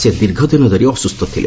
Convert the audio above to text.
ସେ ଦୀର୍ଘଦିନ ଧରି ଅସୁସ୍ଥ ଥିଲେ